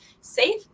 safe